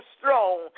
strong